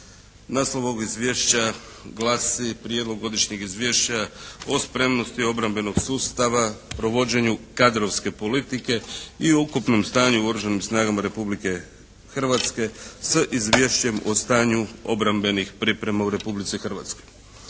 Naslov ovog izvješća glasi: Prijedlog godišnjeg izvješća o spremnosti obrambenog sustava provođenju kadrovske politike i ukupnom stanju u Oružanim snagama Republike Hrvatske, s izvješćem o stanju obrambenih priprema u Republici Hrvatskoj.